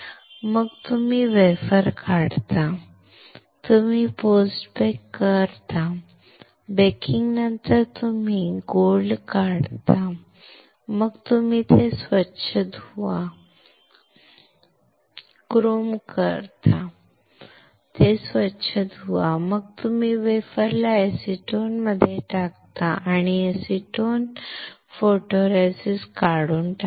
मग तुम्ही वेफर काढता तुम्ही पोस्ट बेक करता बेकिंगनंतर तुम्ही सोने काढता मग तुम्ही ते स्वच्छ धुवा क्रोम कोरता ते स्वच्छ धुवा मग तुम्ही वेफरला एसीटोनमध्ये टाकता आणि एसीटोन फोटोरेसिस्ट काढून टाकेल